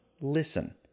listen